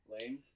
lame